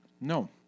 No